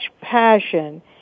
passion